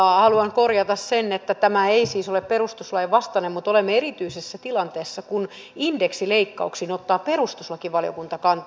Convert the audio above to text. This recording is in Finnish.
haluan korjata sen että tämä ei siis ole perustuslain vastainen mutta olemme erityisessä tilanteessa kun indeksileikkauksiin ottaa perustuslakivaliokunta kantaa